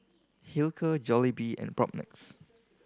Hilker Jollibee and Propnex